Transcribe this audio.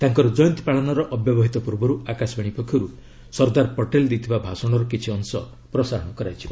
ତାଙ୍କର ଜୟନ୍ତୀ ପାଳନର ଅବ୍ୟବହିତ ପୂର୍ବରୁ ଆକାଶବାଣୀ ପକ୍ଷରୁ ସର୍ଦ୍ଦାର ପଟେଲ ଦେଇଥିବା ଭାଷଣର କିଛି ଅଂଶ ପ୍ରସାରଣ କରାଯିବ